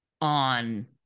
on